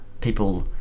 people